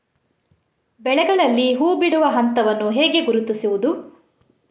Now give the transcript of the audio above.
ಬೆಳೆಗಳಲ್ಲಿ ಹೂಬಿಡುವ ಹಂತವನ್ನು ಹೇಗೆ ಗುರುತಿಸುವುದು?